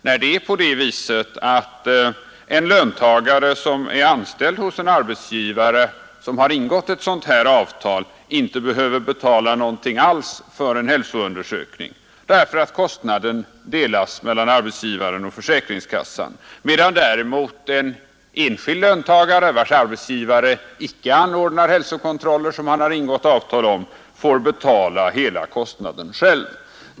Nu är det på det sättet att en löntagare som är anställd hos en arbetsgivare som ingått ett sådant här avtal inte behöver betala något för en hälsoundersökning, eftersom kostnaden delas mellan arbetsgivaren och försäkringskassan, medan däremot en enskild löntagare vars arbetsgivare icke ingått något avtal om hälsokontroll får betala hela kostnaden själv.